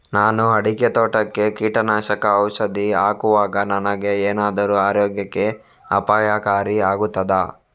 ನಾನು ಅಡಿಕೆ ತೋಟಕ್ಕೆ ಕೀಟನಾಶಕ ಔಷಧಿ ಹಾಕುವಾಗ ನನಗೆ ಏನಾದರೂ ಆರೋಗ್ಯಕ್ಕೆ ಅಪಾಯಕಾರಿ ಆಗುತ್ತದಾ?